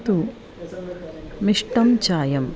तु मिष्टं चायम्